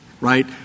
right